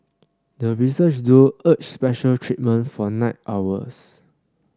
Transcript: the research duo urged special treatment for night owls